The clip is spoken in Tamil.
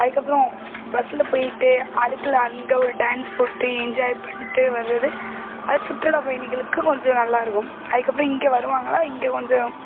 அதுக்கப்புறம் பஸ்ஸில் போய்ட்டு அதுக்குள்ளே அங்கே ஒரு டான்ஸ் போட்டு என்ஜாய் பண்ணிட்டு வர்றது அதை சுற்றுலா பயணிகளுக்கு கொஞ்சம் நல்லா இருக்கும் அதுக்கப்புறம் இங்கே வருவாங்களா இங்கே கொஞ்சம்